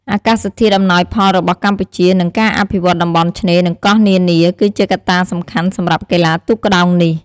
អាកាសធាតុអំណោយផលរបស់កម្ពុជា និងការអភិវឌ្ឍន៍តំបន់ឆ្នេរ និងកោះនានា គឺជាកត្តាសំខាន់សម្រាប់កីឡាទូកក្ដោងនេះ។